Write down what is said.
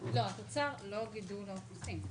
לא, התוצר, לא גידול האוכלוסין.